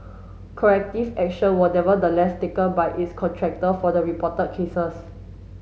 corrective action were nevertheless taken by its contractor for the reported cases